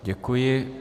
Děkuji.